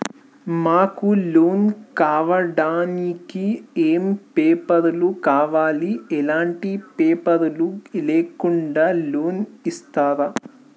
మాకు లోన్ కావడానికి ఏమేం పేపర్లు కావాలి ఎలాంటి పేపర్లు లేకుండా లోన్ ఇస్తరా?